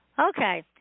Okay